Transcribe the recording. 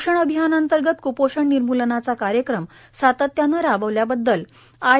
पोषण अभियानांतर्गत क्पोषण निर्म्लनाचा कार्यक्रम सातत्याने राबवल्याबद्दल आय